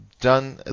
done